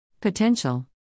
Potential